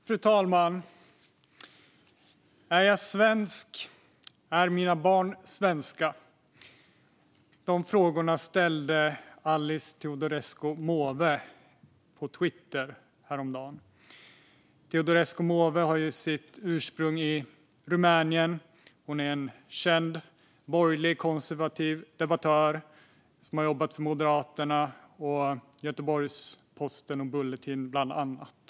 Fru talman! Är jag svensk? Är mina barn svenska? De frågorna ställde Alice Teodorescu Måwe på Twitter häromdagen. Teodorescu Måwe har sitt ursprung i Rumänien. Hon är en känd borgerlig, konservativ debattör, som har jobbat för Moderaterna, Göteborgs-Posten och Bulletin, bland annat.